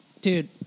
dude